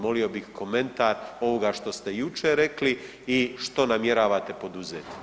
Molio bih komentar ovoga što ste jučer rekli i što namjeravate poduzeti.